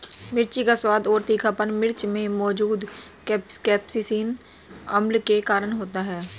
मिर्च का स्वाद और तीखापन मिर्च में मौजूद कप्सिसिन अम्ल के कारण होता है